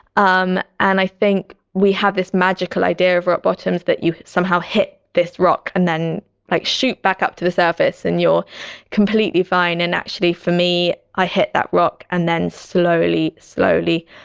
um and i think we have this magical idea of rock bottoms that you somehow hit this rock and then like shoot back up to the surface and you're completely fine. and actually for me, i hit that rock and then slowly, slowly,